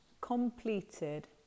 completed